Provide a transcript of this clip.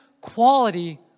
quality